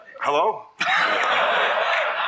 Hello